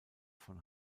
von